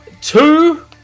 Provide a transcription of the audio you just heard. two